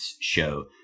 show